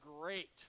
great